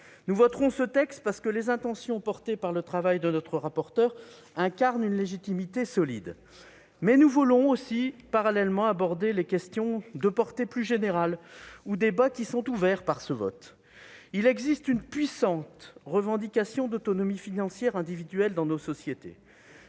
Nous voterons ce texte, car les intentions portées par notre rapporteur nous semblent empreintes d'une légitimité solide, mais nous voulons aussi parallèlement aborder les questions de portée plus générale ou les débats qui sont ouverts par ce vote à venir. Il existe une puissante revendication d'autonomie financière individuelle dans nos sociétés.